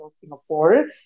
Singapore